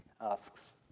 asks